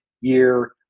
year